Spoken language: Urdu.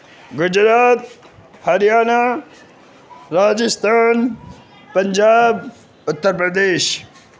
گجرات ہریانہ راجستھان پنجاب اتر پردیش